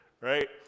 right